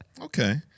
Okay